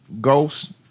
Ghost